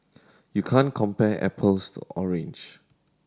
you can't compare apples to orange